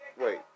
wait